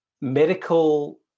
medical